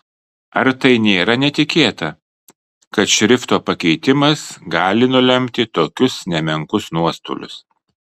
ar tai nėra netikėta kad šrifto pakeitimas gali nulemti tokius nemenkus nuostolius